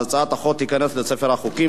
החוק ייכנס לספר החוקים.